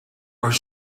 are